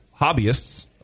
hobbyists